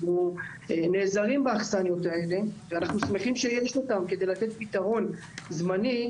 אנחנו נעזרים באכסניות האלה ואנחנו שמחים שיש אותן כדי לתת פתרון זמני,